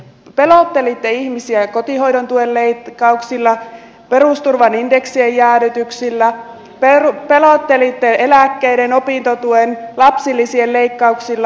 pelottelitte ihmisiä kotihoidon tuen leikkauksilla perusturvan indeksien jäädytyksillä pelottelitte eläkkeiden opintotuen lapsilisien leikkauksilla